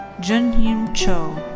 junheum cho.